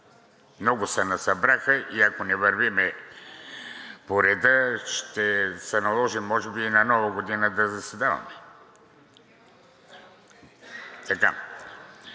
Много се насъбраха и ако не вървим по реда, ще се наложи може би на Нова година да заседаваме.